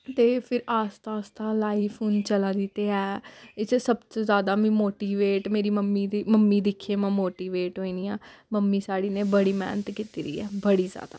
ते फिर आस्ता आस्ता लाइफ हून चला दी ते ऐ एह्दे च सब तू जादा मीं मोटीवेट मेरी मम्मी दी मम्मी दिक्खियै मोटीवेट होन्नी आं मम्मी साढ़ी ने बड़ी मेह्नत कीती दी ऐ बड़ी जादा